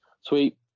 sweet